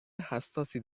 حساسی